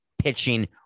pitching